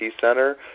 Center